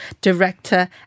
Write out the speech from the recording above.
Director